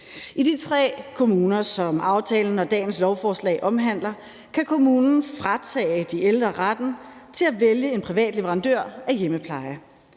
I de tre kommuner, som aftalen og dagens lovforslag omhandler, kan kommunen fratage de ældre retten til at vælge en privat leverandør af hjemmepleje.